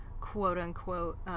quote-unquote